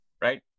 Right